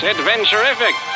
Adventurific